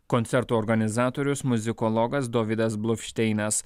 koncerto organizatorius muzikologas dovydas bluvšteinas